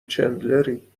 چندلری